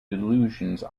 delusions